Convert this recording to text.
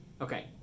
Okay